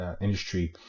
industry